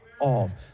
off